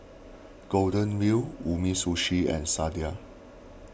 Golden Wheel Umisushi and Sadia